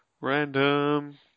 Random